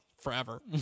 forever